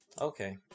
Okay